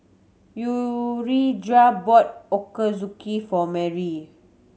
Urijah brought Ochazuke for Mary